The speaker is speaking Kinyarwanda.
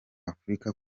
afurika